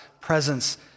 presence